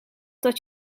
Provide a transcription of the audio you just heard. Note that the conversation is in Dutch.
dat